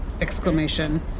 exclamation